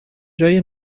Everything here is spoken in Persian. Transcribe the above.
جای